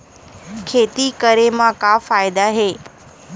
खेती करे म का फ़ायदा हे?